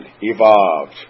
Evolved